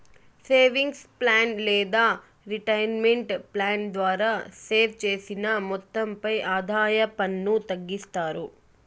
savings plan లేదా retirement plan ద్వారా save చేసిన మొత్తంపై ఆదాయ పన్ను తగ్గిస్తారు